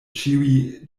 ĉiuj